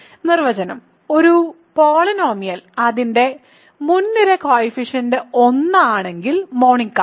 നിർവ്വചനം ഒരു പോളിനോമിയൽ അതിന്റെ മുൻനിര കോയിഫിഷ്യൻറ് 1 ആണെങ്കിൽ മോണിക് ആണ്